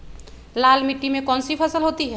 लाल मिट्टी में कौन सी फसल होती हैं?